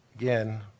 again